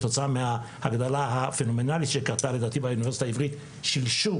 רבים מהם כדי שנוכל לקדם ולעשות את הדברים האלה כמו שצריך.